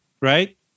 right